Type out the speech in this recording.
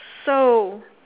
so